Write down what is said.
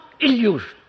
illusion